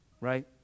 right